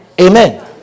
Amen